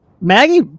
Maggie